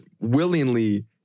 willingly